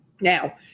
Now